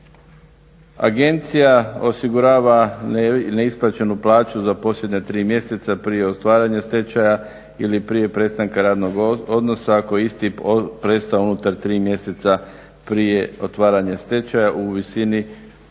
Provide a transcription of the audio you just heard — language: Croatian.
Agencija osigurava neisplaćenu plaću za posljednja tri mjeseca prije otvaranja stečaja ili prije prestanka radnog odnosa ako je isti prestao unutar tri mjeseca prije otvaranja stečaja najviše